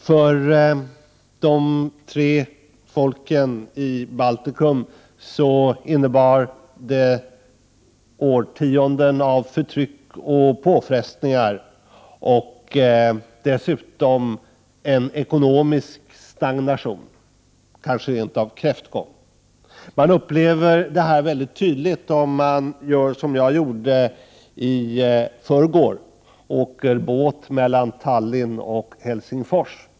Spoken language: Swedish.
För de tre folken i Baltikum innebar det årtionden av förtryck och påfrestningar samt dessutom en ekonomisk stagnation — kanske rent av kräftgång. Man upplever detta mycket tydligt om man, som jag gjorde i förrgår, åker båt mellan Tallinn och Helsingfors.